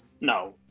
No